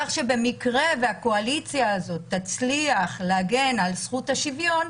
כך שבמקרה שהקואליציה תצליח להגן על זכות השוויון,